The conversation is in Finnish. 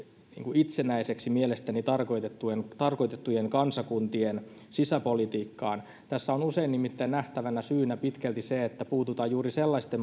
mielestäni itsenäisiksi tarkoitettujen kansakuntien sisäpolitiikkaan tässä on on usein nimittäin nähtävänä syyksi pitkälti se että puututaan juuri sellaisten